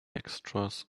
extras